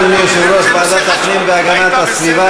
אדוני יושב-ראש ועדת הפנים והגנת הסביבה,